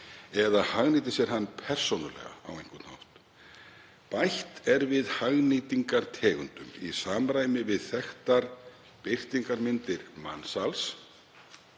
eða hagnýtir sér hann persónulega á einhvern hátt. Bætt er við hagnýtingartegundum í samræmi við þekktar birtingarmyndir mansals,